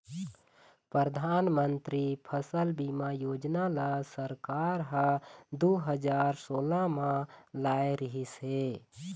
परधानमंतरी फसल बीमा योजना ल सरकार ह दू हजार सोला म लाए रिहिस हे